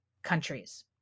countries